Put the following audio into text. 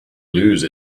lose